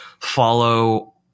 follow